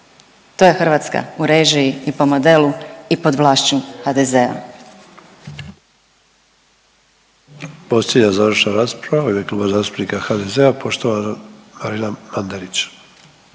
To je Hrvatska u režiji i po modelu i pod vlašću HDZ-a.